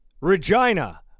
Regina